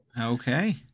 Okay